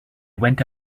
went